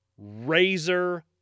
razor